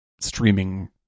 streaming